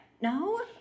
No